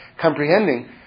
comprehending